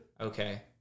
Okay